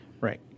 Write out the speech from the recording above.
right